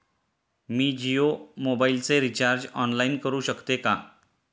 मी जियो मोबाइलचे recharge online करू शकते का?